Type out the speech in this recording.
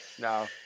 no